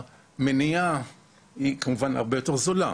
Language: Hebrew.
כשהמניעה היא כמובן הרבה יותר זולה.